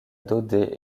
daudet